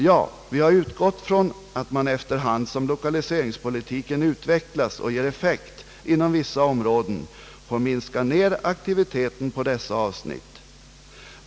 Ja, vi har utgått från att man efter hand som lokaliseringspolitiken utvecklas och ger effekt inom vissa områden får minska ner aktiviteten på dessa avsnitt.